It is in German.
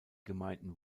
gemeinden